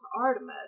Artemis